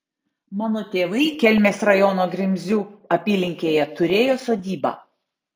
mano tėvai kelmės rajono grimzių apylinkėje turėjo sodybą